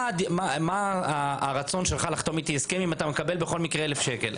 מה הרצון שלך לחתום איתי הסכם עם אתה מקבל בכל מקרה 1,000 שקל.